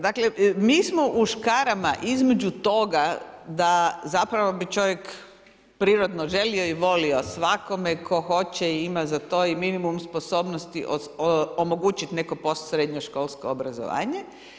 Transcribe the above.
Dakle, mi smo u škarama između toga, da zapravo bi čovjek, prirodno želio i volio, svakome tko hoće i ima za to i minimum sposobnosti, omogućiti neko post srednjoškolsko obrazovanje.